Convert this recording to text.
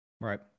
Right